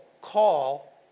call